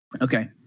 Okay